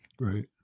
Right